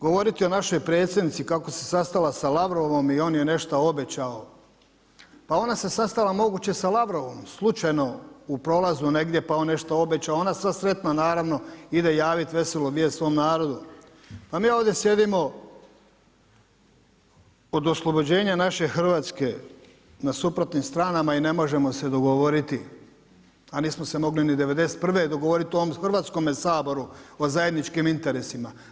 Govoriti o našoj predsjednici kako se sastala sa Lavrovom i on je nešto obećao, pa ona se sastala moguće sa Lavrovom slučajno u prolazu negdje pa on nešto obećao, a ona sva sretna naravno ide javiti veselu vijest svome narodu. pa mi ovdje sjedimo od oslobođenja naše Hrvatske na suprotnim stranama i ne možemo se dogovoriti, a nismo se mogli ni '91. dogovoriti u ovome Hrvatskome saboru o zajedničkim interesima.